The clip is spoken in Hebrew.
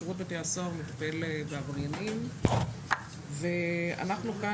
שירות בתי הסוהר מטפל בעבריינים ואנחנו כאן